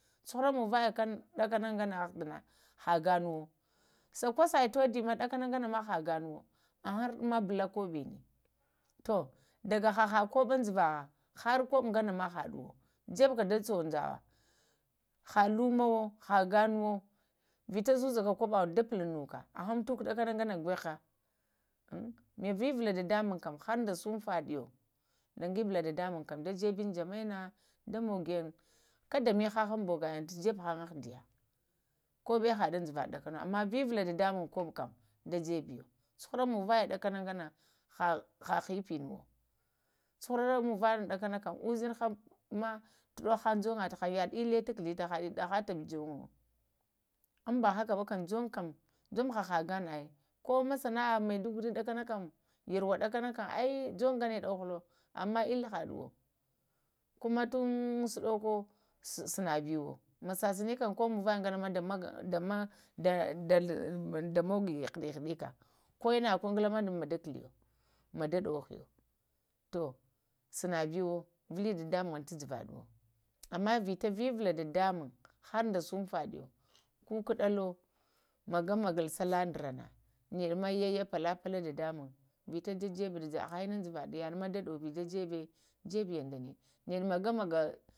Cuhuta maŋvaya kana ɗakana kana əhghda na ha ghaninawa, sa kosaya tudi ɗaka na ghana ma ha ganuwo, əhgha ardina bala koɓina to daga haha koboŋdzvaha har kobo ŋganama haduwo jebaka da tsuwo ŋdzawa ha duŋduwa ha ghanuwa vita zuzaka kobaha da ŋulunuka agha mutuku ɗakana ŋgana ghaha vivula dadamuŋm kam har da shumfaɗiyo laŋgibwa dadamuŋm kam da yebiyo dan jammana da mogoyin, kada mihahaŋ ŋbogayin jebe haŋga əhdiya koɓə haduwo uŋyuvaɗu ɗakəna amma vavala dadamuŋm kobo kam da yebeyo cuhara maŋvana ɗakana ŋgana ha hipanuwo, cuhuralo maŋvana ɗakanakam ushinha ɗakanama djuŋga tahaŋ ta duhahaŋ, yaɗa əelə ta kughata hayi ɗahatabu djuŋwo umba haka ba kam djuŋgo haha gana əi ko ma sana'a maiduguri ɗakanakam, yarwo ɗakana kam əi djuŋga gana duhahaŋ əkli haduwa kuma tang suduko sanabiyo ma saseni kani, ko muŋvagana da mogoyo ghaɗahaɗakə, ko inna kungila ma ɗamogoyo daɗohiyo tuh sanagiyo vile dadamuŋm tu dzavaɗuwo ammə vita vivula dadamaŋg har da shuŋfadiyo kukudalo magamagal sallah ŋdarana ma yaya pulapula dadamuŋg vita da zabadə haha inna juvaɗo yaɗuma da doɓe da jebə